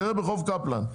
תראה ברחוב קפלן,